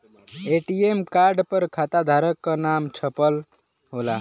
ATM card पर खाताधारक क नाम छपल होला